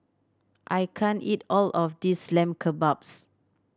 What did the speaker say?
I can't eat all of this Lamb Kebabs